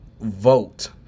vote